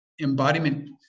embodiment